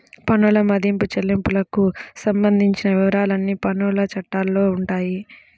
పన్నుల మదింపు, చెల్లింపులకు సంబంధించిన వివరాలన్నీ పన్నుల చట్టాల్లో ఉంటాయి